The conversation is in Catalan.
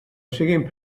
siguin